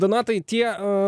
donatai tie